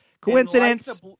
Coincidence